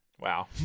Wow